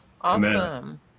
Awesome